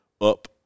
up